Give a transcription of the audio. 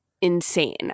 insane